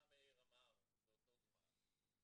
מה מאיר אמר באותו זמן,